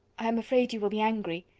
i am afraid you will be angry.